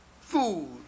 food